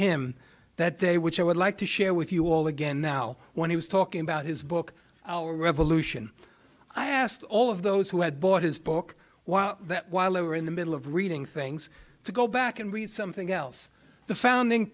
him that day which i would like to share with you all again now when he was talking about his book our revolution i asked all of those who had bought his book while that while they were in the middle of reading things to go back and read something else the founding